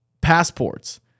passports